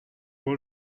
aux